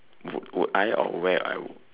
would would I or where I'll